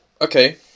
okay